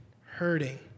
hurting